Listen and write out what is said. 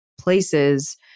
places